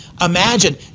imagine